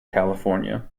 california